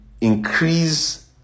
increase